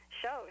shows